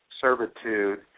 servitude